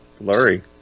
blurry